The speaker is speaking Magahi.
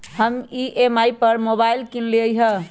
हम ई.एम.आई पर मोबाइल किनलियइ ह